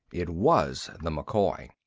it was the mccoy.